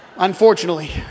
Unfortunately